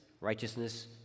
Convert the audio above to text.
righteousness